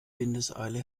windeseile